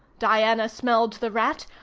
diana smelled the rat.